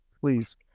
please